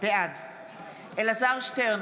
בעד אלעזר שטרן,